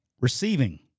Receiving